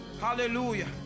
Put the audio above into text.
hallelujah